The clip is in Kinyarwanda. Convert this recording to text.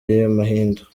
y’amahindu